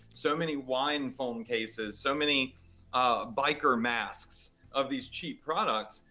so many wine phone cases, so many biker masks of these cheap products,